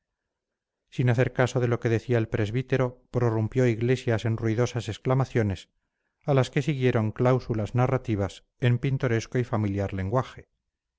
sin hacer caso de lo que decía el presbítero prorrumpió iglesias en ruidosas exclamaciones a las que siguieron cláusulas narrativas en pintoresco y familiar lenguaje